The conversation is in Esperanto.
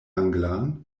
anglan